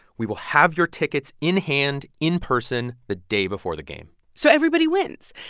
we will have your tickets in hand in person the day before the game so everybody wins.